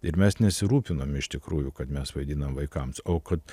ir mes nesirūpinom iš tikrųjų kad mes vaidinam vaikams o kad